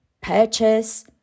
purchase